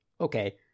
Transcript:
Okay